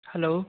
hello